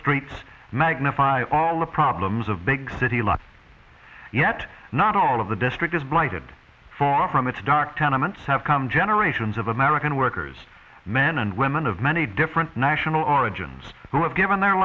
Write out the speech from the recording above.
streets magnify all the problems of big city life yet not all of the district is blighted far from its dark tenements have come generations of american workers men and women of many different national origins who have given their